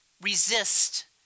resist